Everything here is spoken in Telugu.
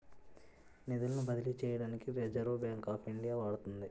నిధులను బదిలీ చేయడానికి రిజర్వ్ బ్యాంక్ ఆఫ్ ఇండియా వాడుతుంది